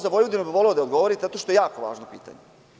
Za Vojvodinu bih voleo da mi odgovorite zato što je jako važno pitanje.